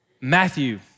Matthew